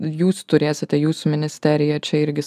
jūs turėsite jūsų ministerija čia irgi savo vaidmenį